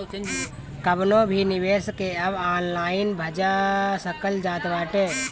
कवनो भी निवेश के अब ऑनलाइन भजा सकल जात बाटे